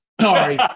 Sorry